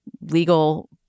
Legal